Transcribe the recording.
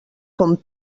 com